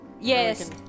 Yes